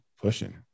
pushing